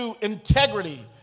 integrity